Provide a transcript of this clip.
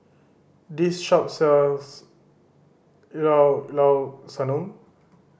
this shop sells Llao Llao Sanum